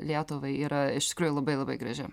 lietuvai yra iš tikrųjų labai labai graži